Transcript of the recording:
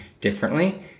differently